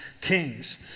kings